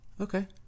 Okay